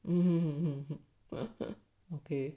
um okay